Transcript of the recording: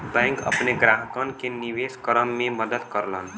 bank अपने ग्राहकन के निवेश करे में मदद करलन